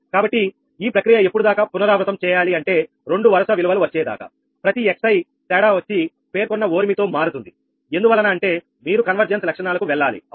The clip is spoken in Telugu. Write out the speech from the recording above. కాబట్టి ఈ ప్రక్రియ ఎప్పుడు దాకా పునరావృతం చేయాలి అంటే 2 వరుస విలువలు వచ్చేదాకా ప్రతి xi తేడా వచ్చి పేర్కొన్న ఓరిమితో మారుతుంది ఎందువలన అంటే మీరు కన్వర్జెన్స్ లక్షణాలకు వెళ్లాలి అవునా